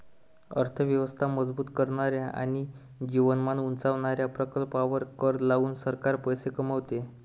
अर्थ व्यवस्था मजबूत करणाऱ्या आणि जीवनमान उंचावणाऱ्या प्रकल्पांवर कर लावून सरकार पैसे कमवते